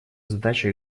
задачи